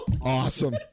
awesome